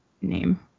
name